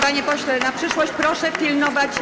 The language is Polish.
Panie pośle, na przyszłość, proszę pilnować.